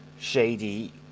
shady